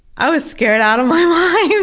i was scared out of my yeah